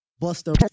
Buster